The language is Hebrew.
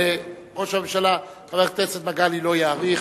חבר הכנסת מגלי לא יאריך.